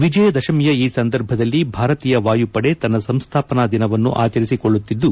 ವಿಜಯದಶಮಿಯ ಈ ಸಂದರ್ಭದಲ್ಲಿ ಭಾರತೀಯ ವಾಯುಪಡೆ ತನ್ನ ಸಂಸ್ಥಾಪನಾ ದಿನವನ್ನು ಆಚರಿಸಿಕೊಳ್ಳುತ್ತಿದ್ದು